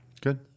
Good